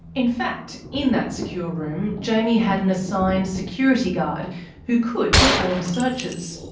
in fact, in that secure room jaimie had an assigned security guard who could perform searches,